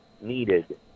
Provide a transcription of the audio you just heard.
needed